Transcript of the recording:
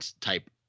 type